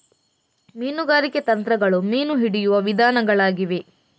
ಮೀನುಗಾರಿಕೆ ತಂತ್ರಗಳು ಮೀನು ಹಿಡಿಯುವ ವಿಧಾನಗಳಾಗಿವೆ